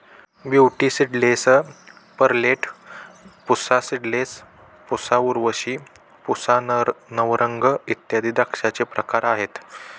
beauty seedless, perlette, Pusa seedless, Pusa Urvashi, Pusa Navrang इत्यादी द्राक्षांचे प्रकार आहेत